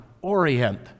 orient